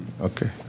Okay